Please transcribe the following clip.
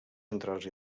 centrals